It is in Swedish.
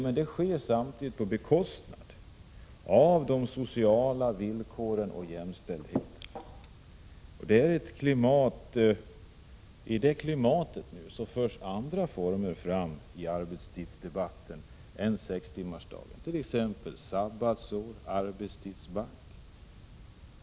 Men detta sker på bekostnad av de sociala villkoren och jämställdheten. I detta klimat förs nu andra former än sextimmarsdagen fram i arbetstidsdebatten, t.ex. sabbatsår och arbetstidsbank.